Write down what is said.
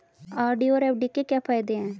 RD और FD के क्या फायदे हैं?